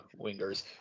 wingers